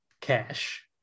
cash